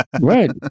Right